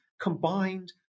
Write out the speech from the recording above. combined